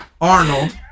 Arnold